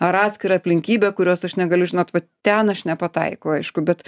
ar atskirą aplinkybę kurios aš negaliu žinot vat ten aš nepataikau aišku bet